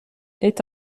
est